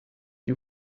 you